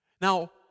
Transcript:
Now